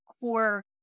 core